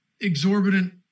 exorbitant